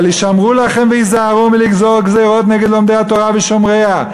אבל הישמרו לכם והיזהרו מלגזור גזירות נגד לומדי התורה ושומריה.